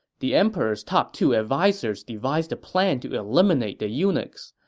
the emperor's top two advisers devised a plan to eliminate the eunuchs,